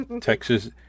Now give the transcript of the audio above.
Texas